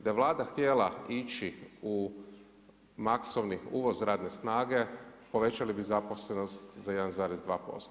Da je Vlada htjela ići u masovni uvoz radne snage, povećali bi zaposlenost za 1,2%